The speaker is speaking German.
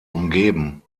umgeben